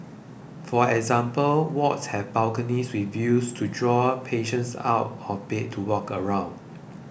for example wards have balconies with views to draw patients out of bed to walk around